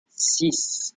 six